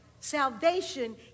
Salvation